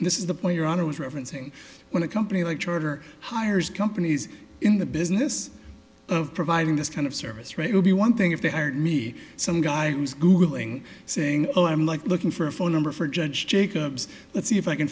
and this is the point your honor was referencing when a company like charter hires companies in the business of providing this kind of service right will be one thing if they hired me some guy was googling saying oh i'm like looking for a phone number for judge jacobs let's see if i can